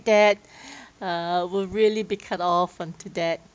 that uh would really be cut off and to that